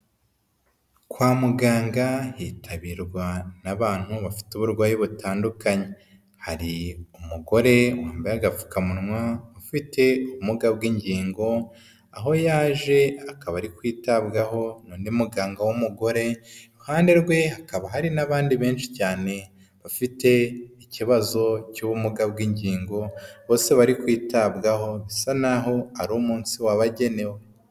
Kwa muganga hitabirwa n'abantu bafite uburwayi butandukanye, hari umugore wambaye agapfukamunwa, ufite ubumuga bw'ingingo, aho yaje akaba ari kwitabwaho na muganga w'umugore iruhande rwe hakaba hari n'abandi benshi cyane bafite ikibazo cy'ubumuga bw'ingingo, bose bari kwitabwaho bisa naho ari umunsi wabagenewe.